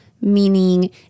meaning